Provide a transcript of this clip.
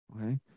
Okay